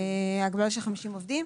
לא.